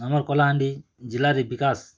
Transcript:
ଆମର୍ କଳାହାଣ୍ଡି ଜିଲ୍ଲାରେ ବିକାଶ